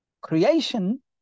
creation